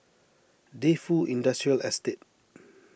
Defu Industrial Estate